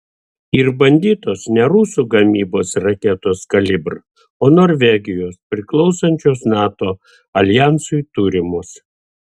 ir bandytos ne rusų gamybos raketos kalibr o norvegijos priklausančios nato aljansui turimos